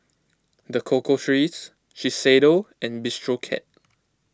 the Cocoa Trees Shiseido and Bistro Cat